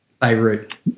Beirut